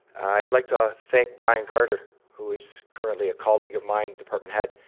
i'd like to thank brian carter who's currently a colleague of mine, department head,